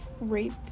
Rape